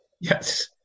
Yes